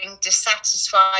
dissatisfied